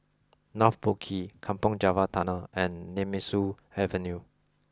North Boat Quay Kampong Java Tunnel and Nemesu Avenue